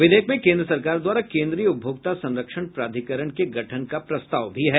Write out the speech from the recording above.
विधेयक में केन्द्र सरकार द्वारा केन्द्रीय उपभोक्ता संरक्षण प्राधिकरण के गठन का प्रस्ताव है